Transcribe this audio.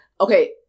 okay